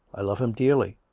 i love him dearly.